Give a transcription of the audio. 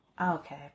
Okay